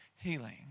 healing